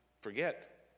forget